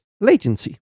latency